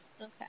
Okay